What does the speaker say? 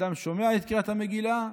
אדם שומע אתכם קוראים את המגילה,